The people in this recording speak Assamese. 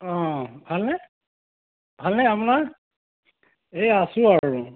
অঁ ভালনে ভালনে আপোনাৰ এই আছোঁ আৰু